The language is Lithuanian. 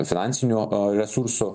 finansinių resursų